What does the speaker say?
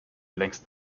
längst